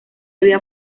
había